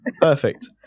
perfect